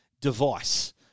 device